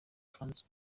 france